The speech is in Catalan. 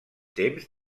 temps